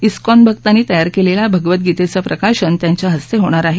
ISKCON भक्तांनी तयार केलेल्या भगवद्वीतेचं प्रकाशन त्यांच्या हस्ते होणार आहे